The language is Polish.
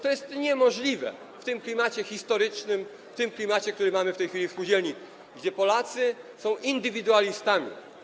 To jest niemożliwe w tym klimacie historycznym, w tym klimacie, który mamy w tej chwili w spółdzielni, gdzie Polacy są indywidualistami.